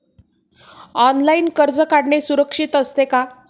Online कर्ज काढणे सुरक्षित असते का?